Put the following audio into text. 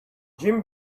jim